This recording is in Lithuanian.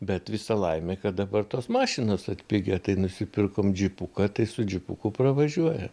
bet visa laimė kad dabar tos mašinos atpigę tai nusipirkom džipuką tai su džipuku pravažiuoja